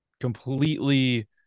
completely